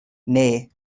neu